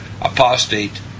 apostate